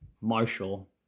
Marshall